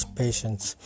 patients